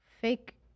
fake